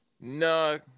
no